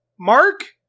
Mark